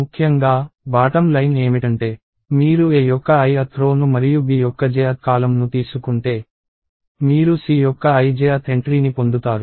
ముఖ్యంగా bottom line ఏమిటంటే - మీరు A యొక్క ith రో ను మరియు B యొక్క jth కాలమ్ ను తీసుకుంటే మీరు C యొక్క ijth ఎంట్రీని పొందుతారు